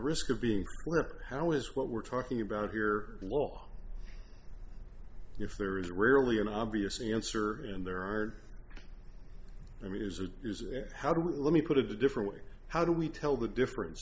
risk of being where how is what we're talking about here law if there is rarely an obvious answer and there are i mean is it is there how do we let me put a different way how do we tell the difference